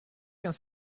qu’un